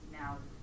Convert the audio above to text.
now